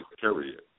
period